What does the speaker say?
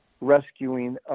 rescuing